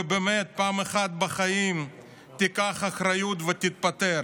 ובאמת פעם אחת בחיים תיקח אחריות ותתפטר.